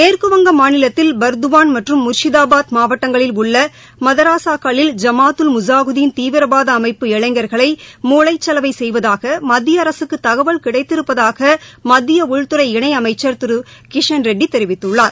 மேற்குவங்க மாநிலத்தில் புர்துவான் மற்றும் முர்ஷிதாபாத் மாவட்டங்களில் உள்ள மதராஸாக்களில் ஜமாத்துல் முஷாஹூதீன் தீவிரவாத அமைப்பு இளைஞர்களை மூளைச்சலவை செய்வதாக மத்திய அரசுக்கு தகவல் கிடைத்திருப்பதாக மத்திய உள்துறை இணை அமைச்சர் திரு கிஷன்ரெட்டி தெரிவித்துள்ளார்